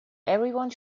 everyone